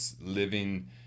living